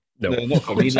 No